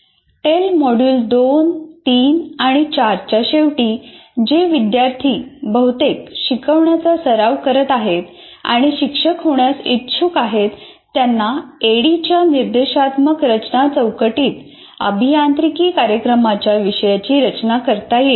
टेलच्या module 2 3 आणि 4 च्या शेवटी जे विद्यार्थी बहुतेक शिकवण्याचा सराव करत आहेत आणि शिक्षक होण्यास इच्छुक आहेत त्यांना ऍडी च्या निर्देशात्मक रचना चौकटीत अभियांत्रिकी कार्यक्रमाच्या विषयाची रचना करता येईल